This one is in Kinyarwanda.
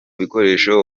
bikoresho